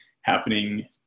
happening